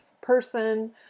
person